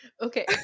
Okay